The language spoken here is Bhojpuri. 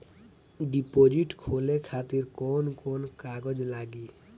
डिपोजिट खोले खातिर कौन कौन कागज लागी?